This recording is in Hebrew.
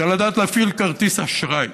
זה לדעת להפעיל כרטיס אשראי.